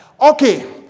Okay